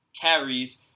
carries